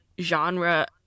genre